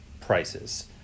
prices